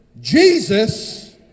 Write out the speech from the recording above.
Jesus